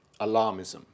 alarmism